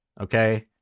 okay